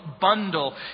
bundle